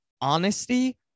honesty